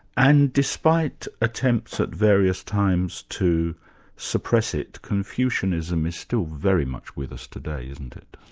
and despite attempts at various times to suppress it, confucianism is still very much with us today, isn't it?